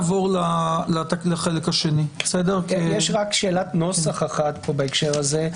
יש שאלת נוסח בהקשר הזה.